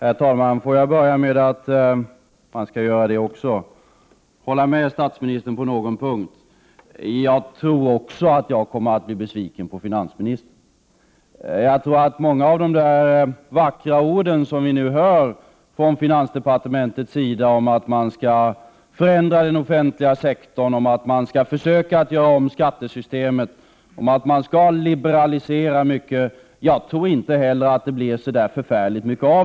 Prot. 1988/89:59 Herr talman! Får jag börja med att hålla med statsministern på en punkt. — 1februari 1989 Jag tror också att jag kommer att bli besviken på finansministern. Jag tror inte att det kommer att bli så förfärligt mycket av de vackra orden som vi nu hört från finansdepartementet om att man skall förändra den offentliga sektorn, försöka göra om skattesystemet och liberalisera mycket. På den punkten ger jag statsministern rätt.